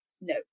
no